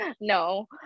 no